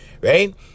right